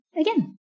again